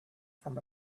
from